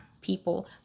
people